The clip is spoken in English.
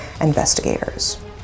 investigators